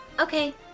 Okay